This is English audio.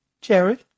Jared